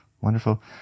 wonderful